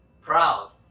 Proud